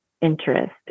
interest